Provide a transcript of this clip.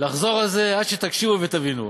לחזור על זה עד שתקשיבו ותבינו.